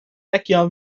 techno